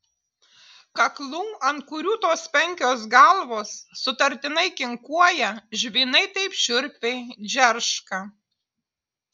kaklų ant kurių tos penkios galvos sutartinai kinkuoja žvynai taip šiurpiai džerška